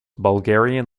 bulgarian